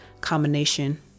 combination